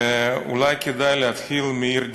ואולי כדאי להתחיל מהעיר דימונה: